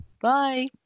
bye